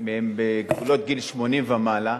הן בגבולות גיל 80 ומעלה,